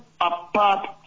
apart